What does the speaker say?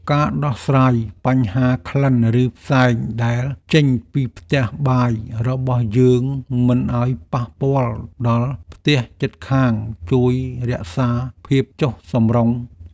ការដោះស្រាយបញ្ហាក្លិនឬផ្សែងដែលចេញពីផ្ទះបាយរបស់យើងមិនឱ្យប៉ះពាល់ដល់ផ្ទះជិតខាងជួយរក្សាភាពចុះសម្រុង។